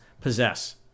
possess